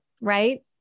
right